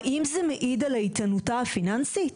האם זה מעיד על איתנותה הפיננסית?